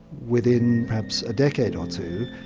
within perhaps a decade or two,